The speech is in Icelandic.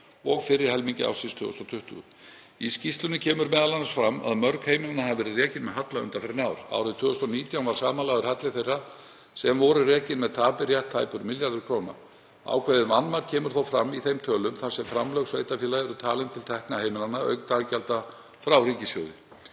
og fyrri helmingi ársins 2020. Í skýrslunni kom fram að mörg heimilanna hafa verið rekin með halla undanfarin ár. Árið 2019 var samanlagður halli þeirra sem voru rekin með tapi rétt tæpur milljarður kr. Ákveðið vanmat kemur þó fram í þeim tölum þar sem framlög sveitarfélaga eru talin til tekna heimilanna auk daggjalda frá ríkissjóði.